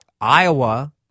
iowa